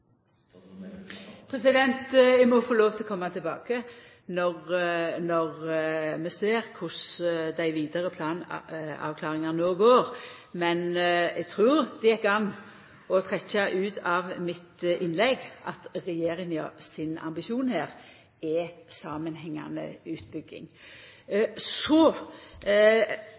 Eg må få lov til å koma tilbake når vi ser korleis dei vidare planavklaringane no går. Men eg trur det gjekk an å trekkja ut av mitt innlegg at regjeringa sin ambisjon her er samanhengande utbygging. Så